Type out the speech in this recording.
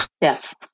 Yes